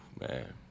Man